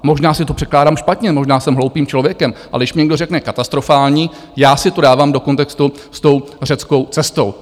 Možná si to překládám špatně, možná jsem hloupým člověkem, ale když někdo řekne katastrofální, já si to dávám do kontextu s tou řeckou cestou.